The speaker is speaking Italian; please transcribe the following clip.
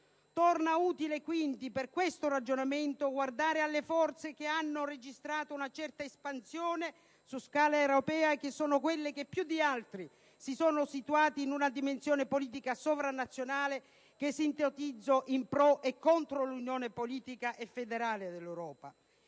Torna quindi utile per questo ragionamento guardare alle forze che hanno registrato una certa espansione su scala europea, quelle che più di altre si sono situate in una dimensione politica sovranazionale, che sintetizzo in pro e contro l'unione politica e federale dell'Europa.